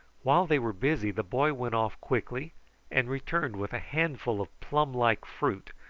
while they were busy the boy went off quickly and returned with a handful of plum-like fruit,